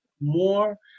more